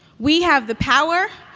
we have the power,